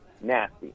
nasty